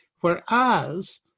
Whereas